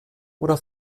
oder